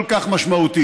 כל כך משמעותית,